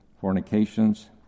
fornications